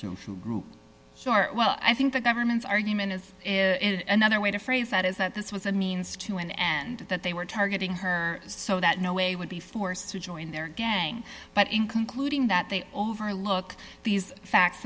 true well i think the government's argument is another way to phrase that is that this was a means to an end that they were targeting her so that no way would be forced to join their gang but in concluding that they overlook these facts